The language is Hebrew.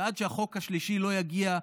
ועד שהחוק השלישי לא יגיע,